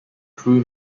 crew